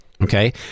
okay